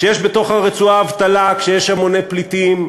כשיש בתוך הרצועה אבטלה, כשיש המוני פליטים,